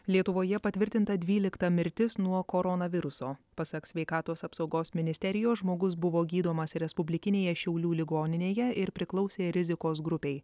lietuvoje patvirtinta dvylikta mirtis nuo koronaviruso pasak sveikatos apsaugos ministerijos žmogus buvo gydomas respublikinėje šiaulių ligoninėje ir priklausė rizikos grupei